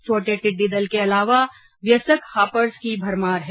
छोटे टिड्डी दल के अलावा व्यस्क हॉपर्स की भरमार है